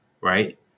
right